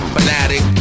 Fanatic